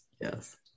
yes